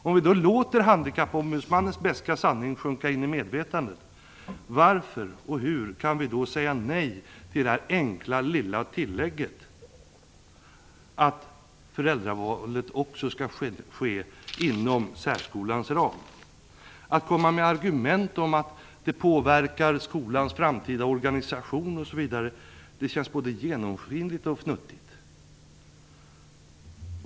Om vi låter handikappombudsmannens beska sanning sjunka in i medvetandet, varför och hur kan vi då säga nej till det enkla lilla tillägg att föräldravalet också skall ske inom särskolans ram? Att komma med argument om att det påverkar skolans framtida organisation, osv. känns både genomskinligt och futtigt.